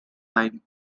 time